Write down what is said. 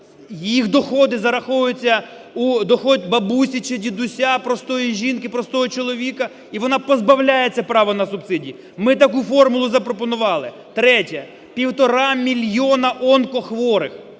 їх доходи зараховуються у дохід бабусі чи дідуся, простої жінки, простого чоловіка, і вона позбавляється права на субсидії. Ми таку формулу запропонували. Третє. Півтора мільйонионкохворих,